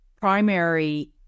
primary